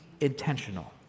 intentional